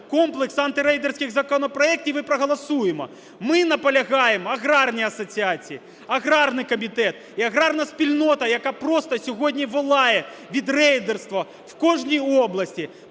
комплекс антирейдерських законопроектів і проголосуємо. Ми наполягаємо, аграрні асоціації, аграрний комітет і аграрна спільнота, яка просто сьогодні волає від рейдерства в кожній області,